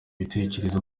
ibitekerezo